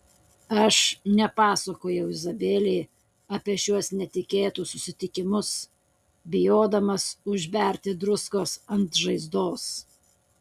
aš nepasakojau izabelei apie šiuos netikėtus susitikimus bijodamas užberti druskos ant žaizdos